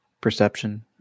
perception